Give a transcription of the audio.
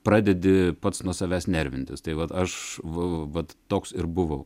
pradedi pats nuo savęs nervintis tai vat aš va vat toks ir buvau